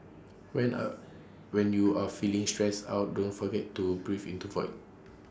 when are when you are feeling stressed out don't forget to breathe into void